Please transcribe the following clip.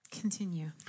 Continue